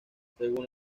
según